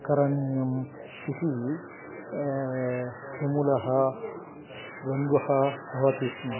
करणीयम् इति तुमुलः द्वन्द्वः भवति स्म